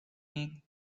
met